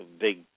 big